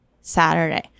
Saturday